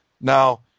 Now